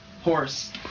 Horse